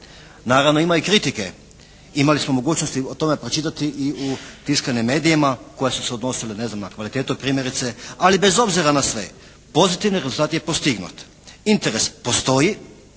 Naravno ima i kritike. Imali smo mogućnosti o tome pročitati i u tiskanim medijima koja su se odnosila ne znam, na kvalitetu primjerice. Ali bez obzira na sve, pozitivan rezultat je postignut. Interes postoji